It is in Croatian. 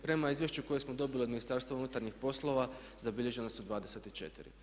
Prema izvješću koje smo dobili od Ministarstva unutarnjih poslova zabilježena su 24.